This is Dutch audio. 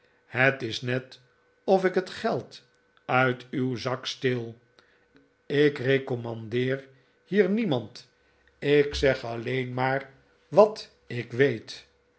het is net of ik het geld uit uw zak steel ik recommandeer hier niemand ik zeg alleen maar wat ik weet